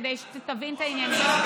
כדי שתבין את העניינים.